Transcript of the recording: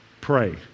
Pray